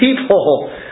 people